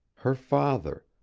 her father,